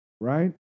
Right